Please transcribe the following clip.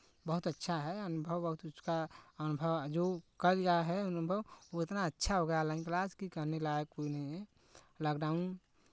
बहुत अच्छा है अनुभव बहुत उसका अनुभव जो कर रहा है अनुभव वो इतना अच्छा हो गया ऑनलाइन क्लास कि कहने लायक कोई नहीं है लॉकडाउन